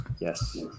Yes